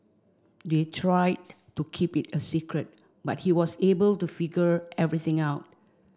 they tried to keep it a secret but he was able to figure everything out